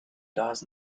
does